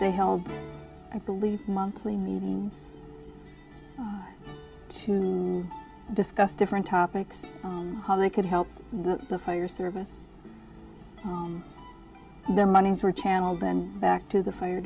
they held i believe monthly meeting to discuss different topics how they could help the fire service the money for channel then back to the fire